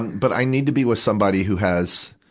but i need to be with somebody who has,